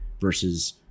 versus